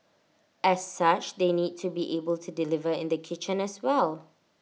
as such they need to be able to deliver in the kitchen as well